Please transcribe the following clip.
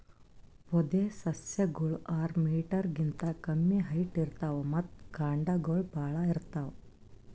ಪೊದೆಸಸ್ಯಗೋಳು ಆರ್ ಮೀಟರ್ ಗಿಂತಾ ಕಮ್ಮಿ ಹೈಟ್ ಇರ್ತವ್ ಮತ್ತ್ ಕಾಂಡಗೊಳ್ ಭಾಳ್ ಇರ್ತವ್